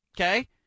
okay